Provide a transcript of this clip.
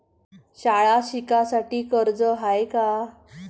शाळा शिकासाठी कर्ज हाय का?